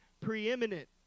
preeminent